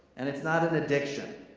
and it's not an addiction.